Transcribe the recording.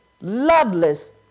loveless